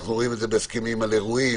אנחנו רואים את זה בהסכמים על אירועים,